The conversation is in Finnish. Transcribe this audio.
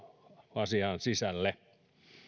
asiaan sisälle